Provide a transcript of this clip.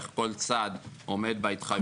איך כל צד עומד בהתחייבויות שלו.